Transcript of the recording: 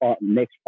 next